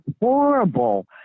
horrible